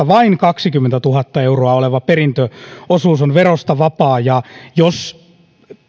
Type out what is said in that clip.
vain alle kaksikymmentätuhatta euroa oleva perintöosuus on verosta vapaa jos